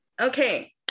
Okay